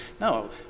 no